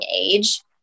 age